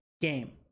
game